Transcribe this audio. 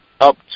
up